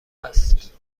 است